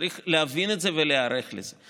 צריך להבין את זה ולהיערך לזה.